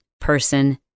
person